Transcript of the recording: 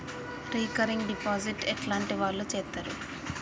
Recurring deposit ఎట్లాంటి వాళ్లు చేత్తరు?